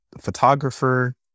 photographer